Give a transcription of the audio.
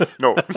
No